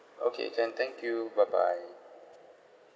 okay can thank you bye bye